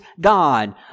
God